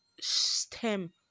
stem